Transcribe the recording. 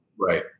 Right